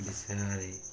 ବିଷୟରେ